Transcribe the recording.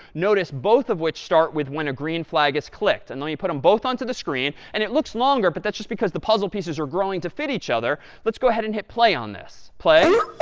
notice both of which start when a green flag is clicked. and let me put them both onto the screen. and it looks longer. but that's just because the puzzle pieces are growing to fit each other. let's go ahead and hit play on this. play